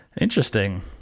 Interesting